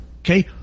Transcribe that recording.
Okay